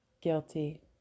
guilty